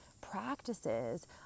practices